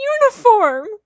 uniform